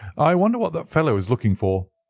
i wonder what that fellow is looking for?